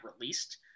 released